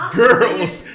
girls